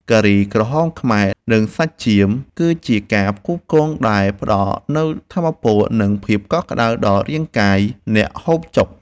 ការីក្រហមខ្មែរនិងសាច់ចៀមគឺជាការផ្គូផ្គងដែលផ្តល់នូវថាមពលនិងភាពកក់ក្តៅដល់រាងកាយអ្នកហូបចុក។